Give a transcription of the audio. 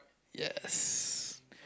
yes